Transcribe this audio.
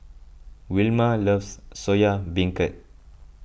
Wilma loves Soya Beancurd